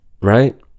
right